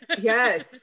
yes